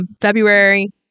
February